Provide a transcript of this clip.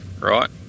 right